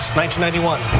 1991